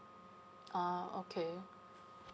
ah okay